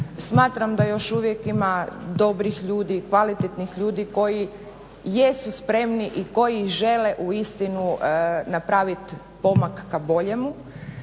Smatram da još uvijek ima dobrih ljudi, kvalitetnih ljudi koji jesu spremni i koji žele uistinu napraviti pomak ka boljemu.